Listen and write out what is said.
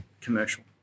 commercial